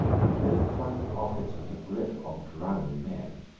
they both clung to office with the gripe of drowning men.